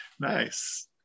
Nice